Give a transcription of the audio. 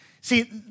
see